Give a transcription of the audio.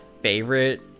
favorite